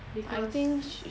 because